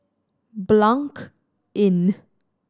Blanc Inn